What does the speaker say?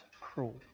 cruel